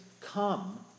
come